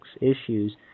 issues